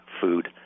food